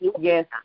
Yes